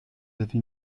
avez